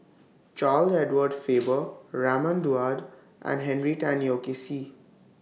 Charles Edward Faber Raman Daud and Henry Tan Yoke See